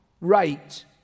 Right